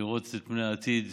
לראות את פני העתיד,